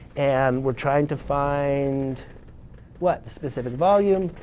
and we're trying to find what? the specific volume.